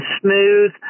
smooth